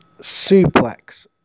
suplex